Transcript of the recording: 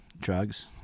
drugs